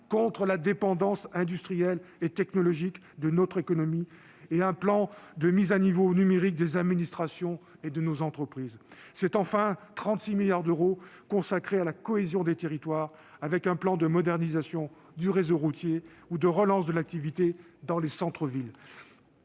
contre la dépendance industrielle et technologique de notre économie et un plan de mise à niveau numérique des administrations et de nos entreprises. Ce sont, enfin, 36 milliards d'euros consacrés à la cohésion des territoires, avec un plan de modernisation du réseau routier ou de relance de l'activité dans les centres-villes.